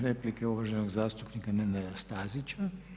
replika je uvaženog zastupnika Nenada Stazića.